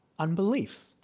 Unbelief